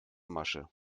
masche